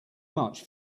much